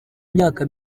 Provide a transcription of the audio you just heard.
myaka